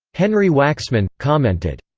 henry waxman, commented,